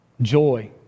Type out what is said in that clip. joy